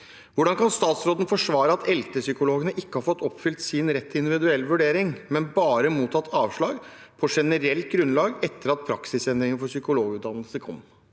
Hvordan kan statsråden forsvare at ELTE-psykologene ikke har fått oppfylt sin rett til individuell vurdering, men bare mottatt avslag på generelt grunnlag etter at praksisendringen for psykologutdannelse kom?»